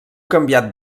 canviat